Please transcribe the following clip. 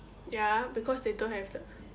ya because they don't have the